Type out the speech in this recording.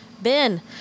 Ben